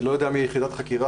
אני לא יודע מי יחידת החקירה,